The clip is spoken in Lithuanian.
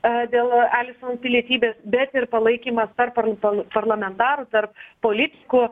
a dėl alison pilietybės bet ir palaikymas tarp parl parl parlamentarų tarp policikų